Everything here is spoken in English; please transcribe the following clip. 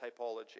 typology